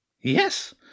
Yes